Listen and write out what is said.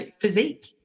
physique